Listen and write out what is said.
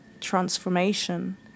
transformation